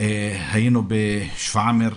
היינו בשַפָאעַמְר,